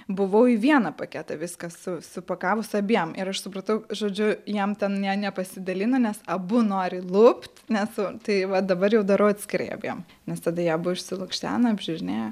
buvau į vieną paketą viską su supakavus abiem ir aš supratau žodžiu jiem ten jie nepasidalino nes abu nori lupt nes tai va dabar jau darau atskirai abiem nes tada jie abu išsilukštena apžiūrinėja